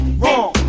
wrong